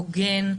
הוגן,